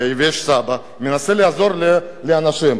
יש סבא שמנסה לעזור לאנשים.